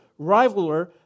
rivaler